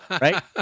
Right